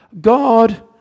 God